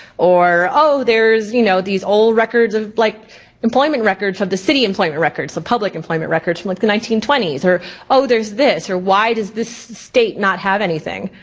or oh there's you know, these old records of like employment records from the city employment records, so public employment records from like the nineteen twenty s. or oh there's this, or why does this state not have anything?